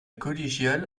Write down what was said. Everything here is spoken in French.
collégiale